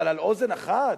אבל על אוזן אחת?